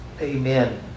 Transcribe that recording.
amen